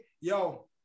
Yo